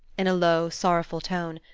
in a low, sorrowful tone,